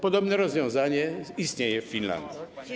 Podobne rozwiązanie istnieje w Finlandii.